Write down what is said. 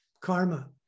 karma